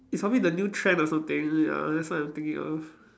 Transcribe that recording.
it's probably the new trend or something ya that's what I'm thinking of